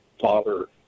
father